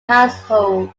household